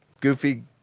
Goofy